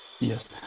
Yes